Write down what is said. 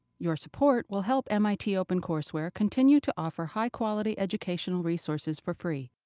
your support will help mit opencourseware continue to offer high-quality educational resources for free.